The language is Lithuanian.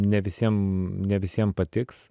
ne visiem ne visiem patiks